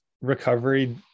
recovery